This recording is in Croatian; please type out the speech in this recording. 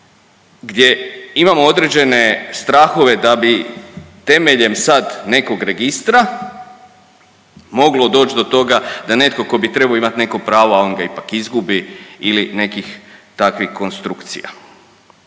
gdje imamo određene strahove da bi temeljem sad nekog registra moglo doći do toga da netko tko bi trebao imati neko pravo, a on ga ipak izgubi ili nekih takvih konstrukcija.